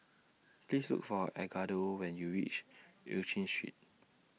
Please Look For Edgardo when YOU REACH EU Chin Street